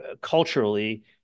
culturally